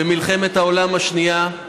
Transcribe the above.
במלחמת העולם השנייה,